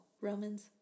Romans